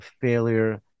failure